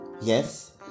yes